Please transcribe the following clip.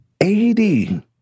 80